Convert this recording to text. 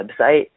website